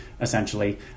essentially